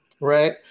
right